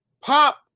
pop